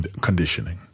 conditioning